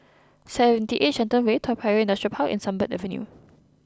Seventy Eight Shenton Way Toa Payoh Industrial Park and Sunbird Avenue